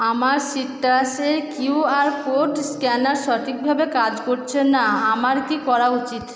আমার সিট্রাসের QR code scanner সঠিকভাবে কাজ করছে না আমার কী করা উচিত